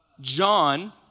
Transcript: John